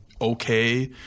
okay